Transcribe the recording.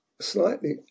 slightly